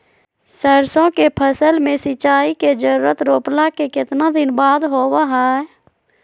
सरसों के फसल में सिंचाई के जरूरत रोपला के कितना दिन बाद होबो हय?